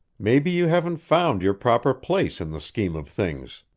maybe you haven't found your proper place in the scheme of things.